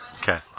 Okay